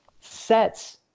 sets